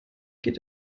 geht